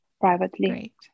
privately